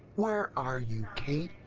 where are you, kate?